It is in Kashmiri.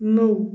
نوٚو